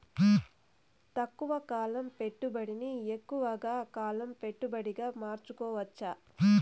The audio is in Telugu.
తక్కువ కాలం పెట్టుబడిని ఎక్కువగా కాలం పెట్టుబడిగా మార్చుకోవచ్చా?